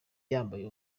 yambaye